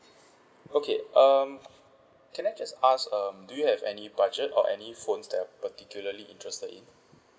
okay um can I just ask um do you have any budget or any phones that are particularly interested in